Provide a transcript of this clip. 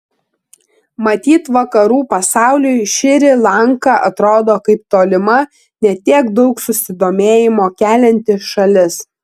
matyt vakarų pasauliui šri lanka atrodo kaip tolima ne tiek daug susidomėjimo kelianti šalis